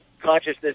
consciousness